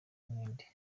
n’indi